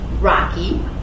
Rocky